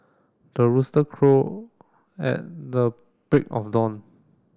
the rooster crow at the break of dawn